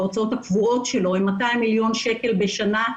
ההוצאות הקבועות שלו הן 200 מיליון שקלים בשנה,